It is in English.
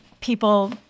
people